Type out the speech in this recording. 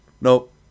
Nope